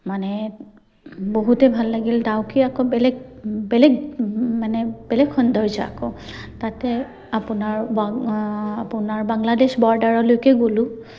মানে বহুতেই ভাল লাগিল ডাউকি আকৌ বেলেগ বেলেগ মানে বেলেগ সৌন্দৰ্য আকৌ তাতে আপোনাৰ আপোনাৰ বাংলাদেশ ব'ৰ্ডাৰলৈকে গ'লোঁ